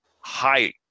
high